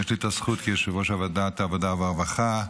יש לי את הזכות, כיושב-ראש ועדת העבודה והרווחה,